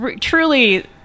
Truly